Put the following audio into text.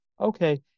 okay